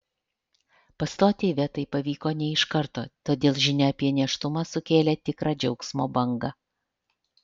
pastoti ivetai pavyko ne iš karto todėl žinia apie nėštumą sukėlė tikrą džiaugsmo bangą